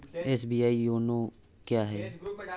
SBI YONO क्या है?